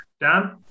dan